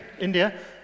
India